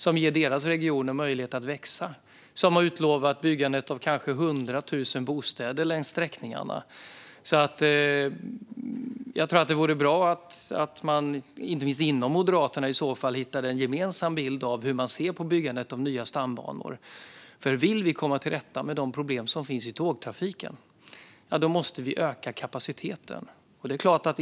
Den ger deras region en möjlighet att växa. De kanske har utlovat byggandet av 100 000 bostäder längs sträckningarna. Det vore bra om man inom Moderaterna hittade en gemensam bild när det gäller hur man ser på byggandet av nya stambanor. Vill vi komma till rätta med de problem som finns i tågtrafiken måste vi öka kapaciteten.